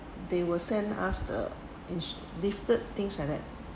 they will send us the ins~ gifted things like that